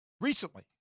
Recently